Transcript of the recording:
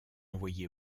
envoyé